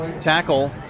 tackle